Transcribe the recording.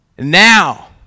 Now